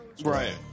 Right